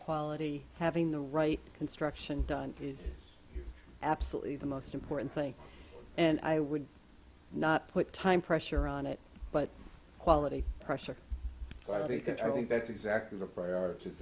quality having the right construction done is absolutely the most important thing and i would not put time pressure on it but quality pressure but i think that's exactly the prioriti